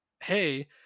hey